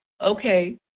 Okay